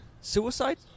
Suicide